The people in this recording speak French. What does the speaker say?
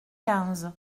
quinze